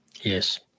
Yes